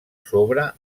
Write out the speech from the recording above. sobre